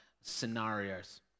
scenarios